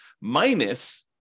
minus